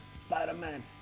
Spider-Man